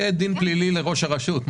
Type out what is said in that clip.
יהיה דין פלילי לראש הרשות.